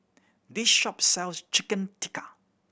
this shop sells Chicken Tikka